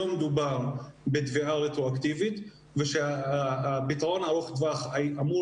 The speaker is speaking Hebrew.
שלא מדובר בתביעה רטרואקטיבית ושהפתרון ארוך-הטווח אמור